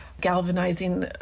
galvanizing